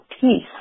peace